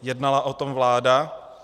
Jednala o tom vláda?